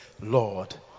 lord